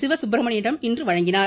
சிவசுப்ரமணியனிடம் இன்று வழங்கினார்